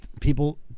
people